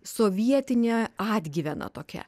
sovietinė atgyvena tokia